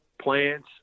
plants